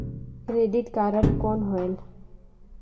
Credit card कौन होएल?